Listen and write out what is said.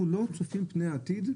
אנחנו לא צופים פני עתיד,